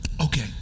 Okay